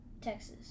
Texas